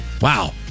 Wow